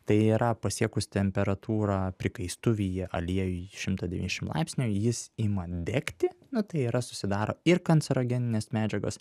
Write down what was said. tai yra pasiekus temperatūrą prikaistuvyje aliejuj šimto devyniasdešim laipsnių jis ima degti na tai yra susidaro ir kancerogeninės medžiagos